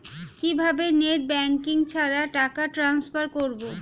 কিভাবে net banking ছাড়া টাকা টান্সফার করব?